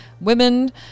women